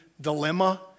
dilemma